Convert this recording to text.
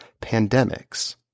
pandemics